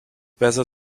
better